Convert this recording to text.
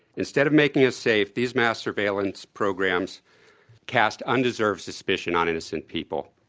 instead of making us safe, these mass surveillance programs cast undeserved suspicion on innocent people,